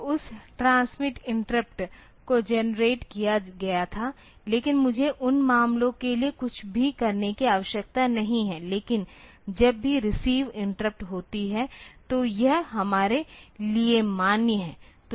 तो उस transmit interrupt को जेनेरेट किया गया था लेकिन मुझे उन मामलों के लिए कुछ भी करने की आवश्यकता नहीं है लेकिन जब भी रिसीव इंटरप्ट होती है तो यह हमारे लिए मान्य है